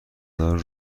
دار